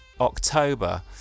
october